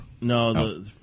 No